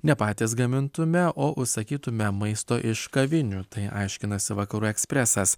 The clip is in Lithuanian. ne patys gamintume o užsakytumėme maisto iš kavinių tai aiškinasi vakarų ekspresas